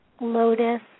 lotus